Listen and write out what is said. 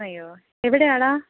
അയ്യോ എവിടെയാടാ